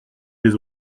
des